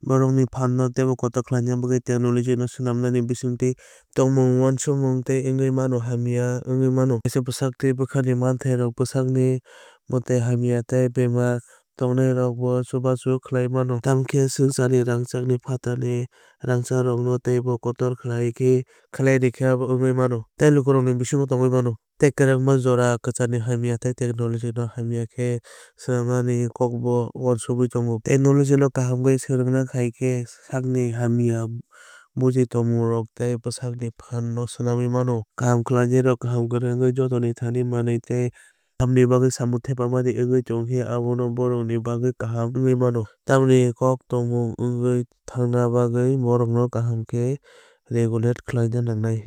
Borokni phanno teibo kotor khlainani bagwi technology no swnammani bisingtwi tongmung uansukmung tei wngwi mano hamya wngwui mano. Kaisa bwsaktwui bwkhani manthairok bwsakni mwtai hamya tei bemar tongnairokbo chubachu khlaiwi mano. Tamokhe swngcharni rangchakni phatarni rangchakrokno teibo kotor khlai rwkhe abo wngwi mano tei lukurokni bisingo tongui mano. Tei kwrakma jora kwcharni hamya tei technology no hamya khe swnamnani kokbo uansukma tongo. Technology no kaham khe swrungna khai khe sakni hamya buji thummung tei bwsakni phan no swnamwi mano. Kaham khlaina rok kaham kwrwng wngwi jotoni thani manwi tei kahamni bagwi samungo thepamani wngwui tongkhe abo borokni bagwi kaham wngwi mano. Tamokhe kok tongmung wngwui thangna bagwi bohrokno kaham khe regulate khwlainani nangnai.